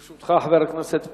גם לרשותך, חבר הכנסת פלסנר,